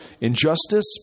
injustice